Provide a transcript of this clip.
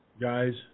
Guys